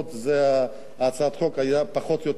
הצעת החוק היתה פחות או יותר מוכנה.